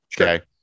okay